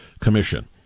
Commission